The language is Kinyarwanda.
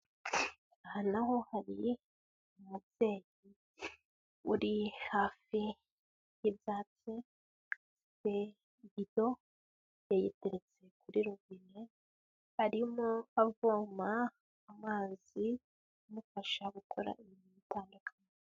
Aha na ho hari umubyeyi uri hafi y'ibyatsi, afite ibido yayiteretse kuri robine, arimo avoma amazi amufasha gukora ibintu bitandukanye.